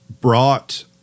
brought